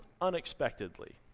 unexpectedly